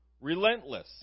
relentless